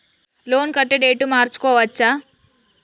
Loan కట్టే date మార్చుకోవచ్చా?